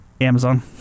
Amazon